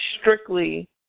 strictly